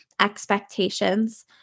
expectations